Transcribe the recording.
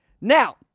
Now